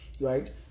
right